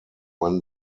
when